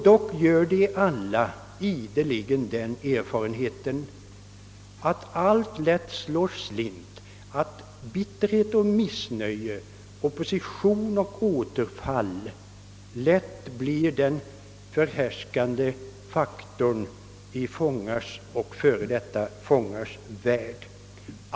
Dock gör de alla ideligen den erfarenheten att allt lätt slår slint, att bitterhet och missnöje, opposition och återfall lätt blir den förhärskande faktorn i fångars och före detta fångars värld.